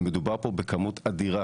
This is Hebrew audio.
מדובר פה בכמות אדירה